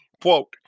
quote